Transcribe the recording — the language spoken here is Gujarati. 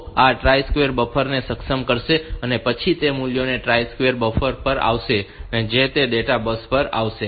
તો આ ટ્રાઇ સ્ટેટ બફર ને સક્ષમ કરશે અને પછી જે મૂલ્યો ટ્રાઇ સ્ટેટ બફર પર આવશે જે તે ડેટા બસ પર આવશે